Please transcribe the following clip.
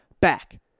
back